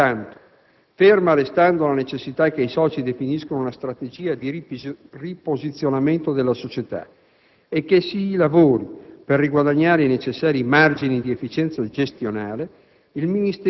Pertanto, ferma restando la necessità che i soci definiscano una strategia di riposizionamento della società e che si lavori per riguadagnare i necessari margini di efficienza gestionale,